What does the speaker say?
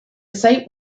site